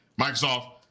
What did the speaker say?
microsoft